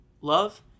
love